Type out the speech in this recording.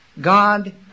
God